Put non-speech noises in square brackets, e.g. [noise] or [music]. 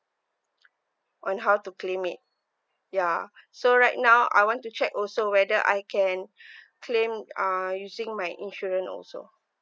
on how to claim it ya so right now I want to check also whether I can [breath] claim uh using my insurance also